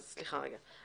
סליחה רגע,